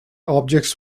objects